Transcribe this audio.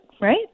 Right